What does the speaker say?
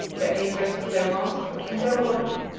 the interest of their master and their order.